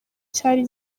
cyari